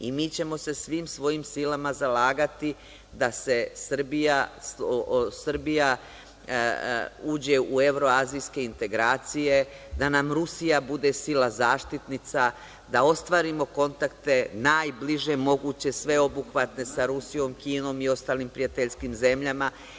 I, mi ćemo se svim svojim silama zalagati da Srbija uđe u Evroazijske integracije, da nam Rusija bude sila zaštitnica, da ostvarimo kontakte najbliže moguće, sveobuhvatne sa Rusijom, Kinom i ostalim prijateljskim zemljama.